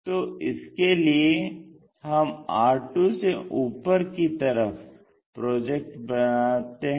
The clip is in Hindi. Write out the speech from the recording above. तो इसके लिए हम r2 से ऊपर कि तरफ प्रोजेक्टर बनाते हैं